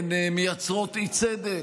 הן מייצרות אי-צדק,